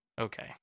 okay